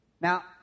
Now